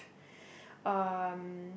um